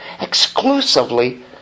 exclusively